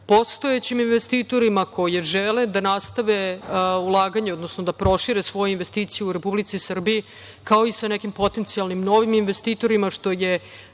postojećim investitorima koji žele da nastave ulaganje, odnosno da prošire svoje investicije u Republici Srbiji, kao i sa nekim potencijalnim novim investitorima, što je